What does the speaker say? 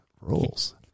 rules